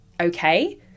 okay